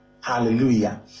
hallelujah